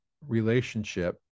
relationship